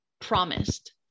promised